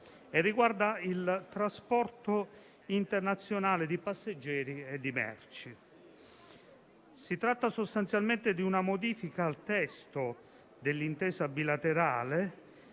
e riguarda il trasporto internazionale di passeggeri e di merci. È sostanzialmente una modifica al testo dell'intesa bilaterale